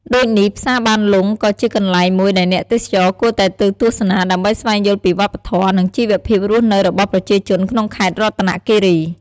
ដូចនេះផ្សារបានលុងក៏ជាកន្លែងមួយដែលអ្នកទេសចរគួរតែទៅទស្សនា ដើម្បីស្វែងយល់ពីវប្បធម៌ និងជីវភាពរស់នៅរបស់ប្រជាជនក្នុងខេត្តរតនគិរី។